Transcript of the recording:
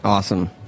Awesome